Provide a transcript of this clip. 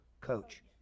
coach